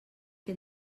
que